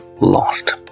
lost